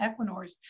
Equinors